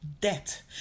debt